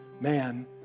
man